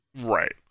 Right